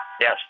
Yes